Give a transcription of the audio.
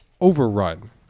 overrun